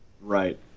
Right